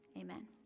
amen